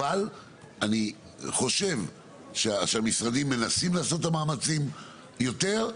אבל אני חושב שהמשרדים מנסים לעשות את המאמצים יותר,